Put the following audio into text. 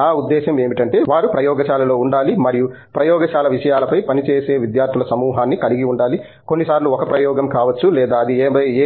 నా ఉద్దేశ్యం ఏమిటంటే వారు ప్రయోగశాలలో ఉండాలి మరియు ప్రయోగశాల విషయాలపై పనిచేసే విద్యార్థుల సమూహాన్ని కలిగి ఉండాలి కొన్ని సార్లు 1 ప్రయోగం కావచ్చు లేదా అది